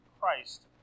Christ